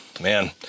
man